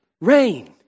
rain